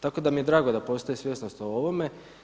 Tako da mi je drago da postoji svjesnost o ovome.